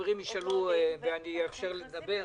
החברים ישאלו ואני אאפשר לדבר.